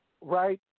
right